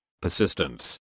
persistence